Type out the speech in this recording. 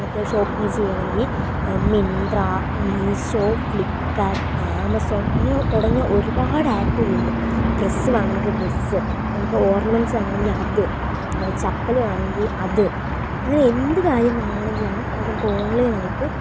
നമക്ക് ഷോപ്പിങ്ങ് ചെയ്യണമെങ്കിൽ മിന്ത്ര മീഷോ ഫ്ലിപ്പ്കാർട്ട് ആമസോൺ ഇങ്ങനെ തുടങ്ങിയ ഒരുപാട് ആപ്പുകളുണ്ട് ഡ്രസ്സ് വാങ്ങണമെങ്കിൽ ഡ്രസ്സ് നമുക്ക് ഓർണ്ണമെൻറ്സ് വാങ്ങണമെങ്കിൽ അത് ചപ്പല് വേണമെങ്കിൽ അത് അങ്ങനെ എന്ത് കാര്യം വാങ്ങണമെങ്കിലും അത് നമുക്ക് ഓൺലൈനായിട്ട്